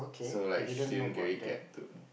so like she didn't really get to